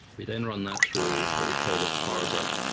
we then run that through what we call the parser,